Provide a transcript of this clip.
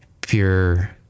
pure